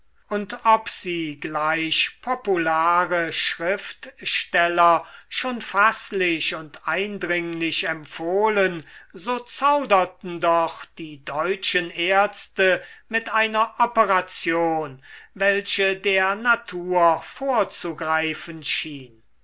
und ob sie gleich populare schriftsteller schon faßlich und eindringlich empfohlen so zauderten doch die deutschen ärzte mit einer operation welche der natur vorzugreifen schien